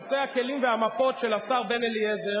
נושא הכלים והמפות של השר בן-אליעזר,